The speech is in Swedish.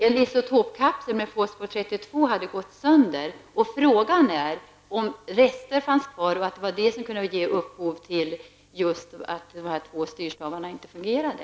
En isotopkapsel med fosfor 32 hade gått sönder, och frågan är om rester fanns kvar och om detta kunde ge upphov till att dessa två styrstavar inte fungerade.